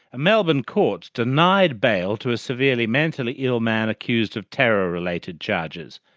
a melbourne court denied bail to a severely mentally ill man accused of terror related charges.